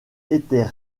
était